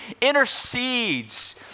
intercedes